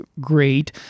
great